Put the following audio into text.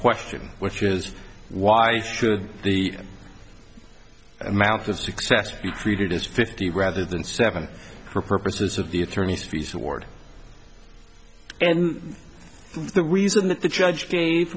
question which is why should the amount of success be treated as fifty rather than seven for purposes of the attorneys fees award and the reason that the judge gave